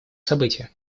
события